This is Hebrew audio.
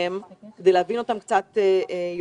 כדי להבין אותם קצת יותר,